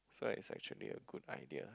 so it's actually a good idea